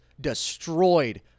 destroyed